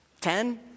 Ten